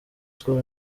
school